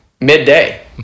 midday